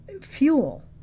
fuel